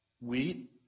wheat